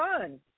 fun